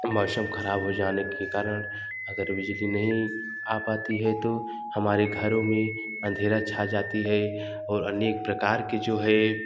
मौसम खराब हो जाने के कारण अगर बिजली नहीं आ पाती है तो हमारे घरों में अंधेरा छा जाती है और अनेक प्रकार के जो है